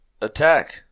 attack